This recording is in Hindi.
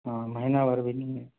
हाँ महीने भर भी नहीं है